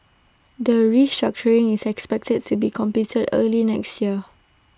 the restructuring is expected to be completed early next year